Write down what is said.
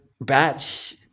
batch